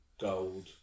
gold